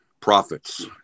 profits